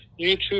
YouTube